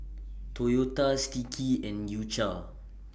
Toyota Sticky and U Cha